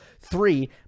Three